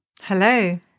Hello